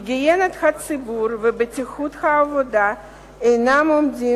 היגיינת הציבור ובטיחות העבודה אינן עומדות